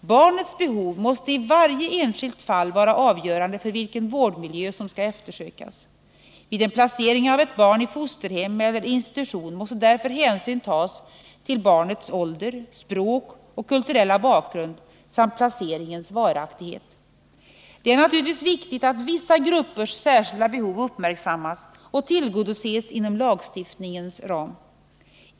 Barnets behov måste i varje enskilt fall vara avgörande för vilken vårdmiljö som skall eftersökas. Vid en placering av ett barn i fosterhem eller på institution måste därför hänsyn tas till barnets ålder, språk och kulturella bakgrund samt till placeringens varaktighet. Det är naturligtvis viktigt att vissa gruppers särskilda behov uppmärksammas och tillgodoses inom lagstiftningens ram.